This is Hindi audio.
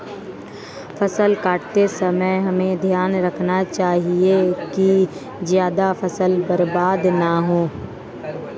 फसल काटते समय हमें ध्यान रखना चाहिए कि ज्यादा फसल बर्बाद न हो